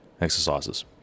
exercises